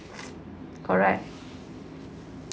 correct